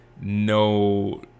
no